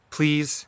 Please